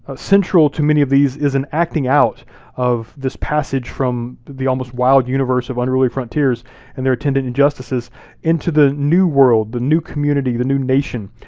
ah central to many of these is an acting-out of this passage from the almost wild universe of unruly frontiers and their attendant injustices into the new world, the new community, the new nation,